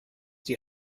die